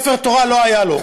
ספר תורה לא היה לו,